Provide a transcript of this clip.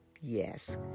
Yes